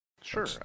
sure